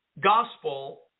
gospel